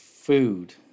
food